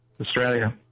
Australia